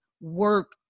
work